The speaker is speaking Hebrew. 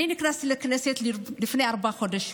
אני נכנסתי לכנסת לפני ארבעה חודשים.